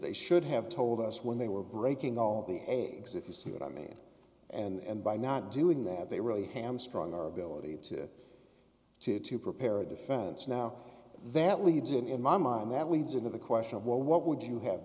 they should have told us when they were breaking all the eggs if you see what i mean and by not doing that they really hamstrung our ability to to prepare a defense now that leads in in my mind that leads into the question of well what would you have